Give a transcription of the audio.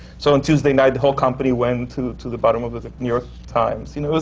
so on tuesday night, the whole company went to to the bottom of the the new york times. you know,